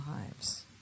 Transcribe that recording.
lives